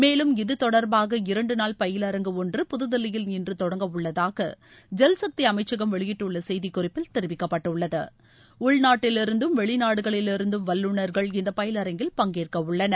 மேலும் இது தொடர்பாக இரண்டு நாள் பயிலரங்கு ஒன்று புது தில்லியில் இன்று தொடங்க உள்ளதாக ஜல்சக்தி அமைச்சகம் வெளியிட்டுள்ள செய்தி குறிப்பில் தெரிவிக்கப்பட்டுள்ளது உள்நாட்டிலிருந்தும் வெளிநாடுகளில் இருந்தும் வல்லுநர்கள் இந்த பயிலரங்கில் பங்கேற்க உள்ளனர்